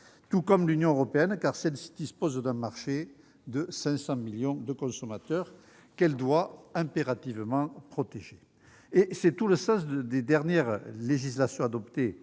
tout comme l'Union européenne, qui dispose d'un marché de 500 millions de consommateurs qu'elle doit impérativement protéger. C'est tout le sens des dernières législations adoptées